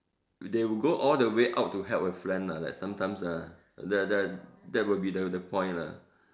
they will go all the way out to help a friend lah like sometimes ah the the that will be the point lah